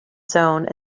zone